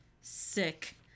Sick